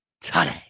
today